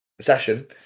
session